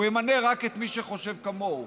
והוא ימנה רק את מי שחושב כמוהו.